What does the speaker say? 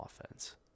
offense